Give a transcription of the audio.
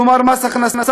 כלומר מס הכנסה,